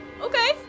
Okay